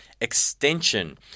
extension